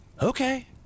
Okay